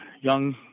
young